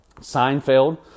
Seinfeld